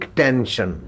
tension